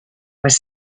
was